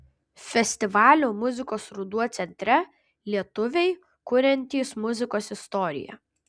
festivalio muzikos ruduo centre lietuviai kuriantys muzikos istoriją